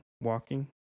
walking